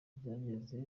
byageze